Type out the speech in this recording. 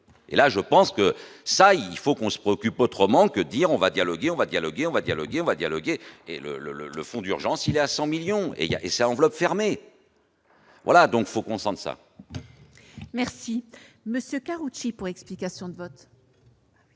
et là je pense que ça, il faut qu'on se préoccupe autrement que dire : on va dialoguer, on va dialoguer, on va dialoguer, on va dialoguer et le le le le fonds d'urgence il y a 100 millions et il y a, et ça enveloppe fermée voilà donc faut concerne ça. Merci monsieur Karoutchi pour explication de vote.